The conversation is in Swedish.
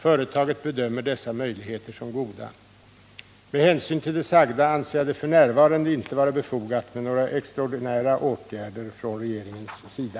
Företaget bedömer dessa möjligheter som goda. Med hänsyn till det sagda anser jag det f. n. inte vara befogat med några extraordinära åtgärder från regeringens sida.